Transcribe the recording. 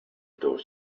door